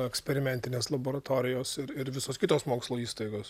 eksperimentinės laboratorijos ir ir visos kitos mokslo įstaigos